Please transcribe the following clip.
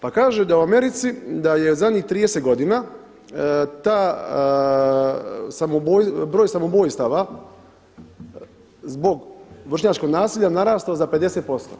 Pa kaže da u Americi, da je zadnjih 30 godina broj samoubojstava zbog vršnjačkog nasilja narastao za 50%